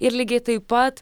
ir lygiai taip pat